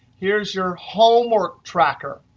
here's your homework tracker.